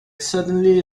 suddenly